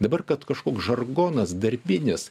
dabar kad kažkoks žargonas darbinis